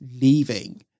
leaving